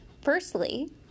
Firstly